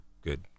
good